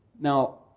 Now